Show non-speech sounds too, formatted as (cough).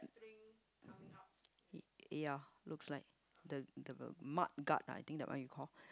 (noise) ya looks like the the mug guard ah I think that one you call